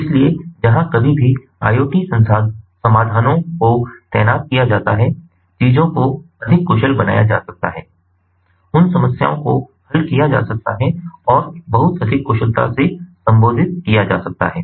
इसलिए जहां कभी भी IoT समाधानों को तैनात किया जाता है चीजों को अधिक कुशल बनाया जा सकता है उन समस्याओं को हल किया जा सकता है और बहुत अधिक कुशलता से संबोधित किया जा सकता है